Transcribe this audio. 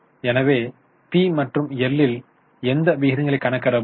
எனவே பி மற்றும் எல் ல் எந்த விகிதங்களை கணக்கிட முடியும்